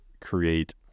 create